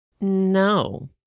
No